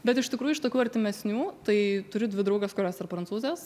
bet iš tikrųjų iš tokių artimesnių tai turiu dvi drauges kurios ar prancūzės